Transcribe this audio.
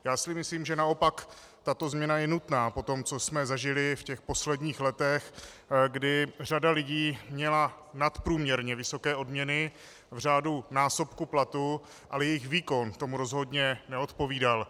Já si myslím, že naopak tato změna je nutná po tom, co jsme zažili v těch posledních letech, kdy řada lidí měla nadprůměrně vysoké odměny v řádu násobku platu, ale jejich výkon tomu rozhodně neodpovídal.